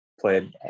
played